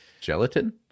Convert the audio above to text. gelatin